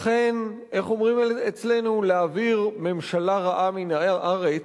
אכן, איך אומרים אצלנו, להעביר ממשלה רעה מהארץ?